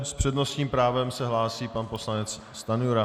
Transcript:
S přednostním právem se hlásí pan poslanec Stanjura.